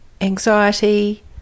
anxiety